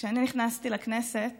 כשנכנסתי לכנסת